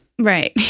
Right